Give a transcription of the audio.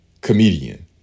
comedian